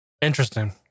interesting